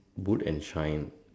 boot and shine